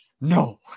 no